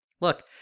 look